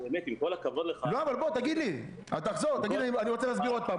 אני רוצה להסביר עוד פעם,